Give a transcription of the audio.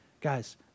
Guys